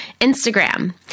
Instagram